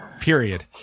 Period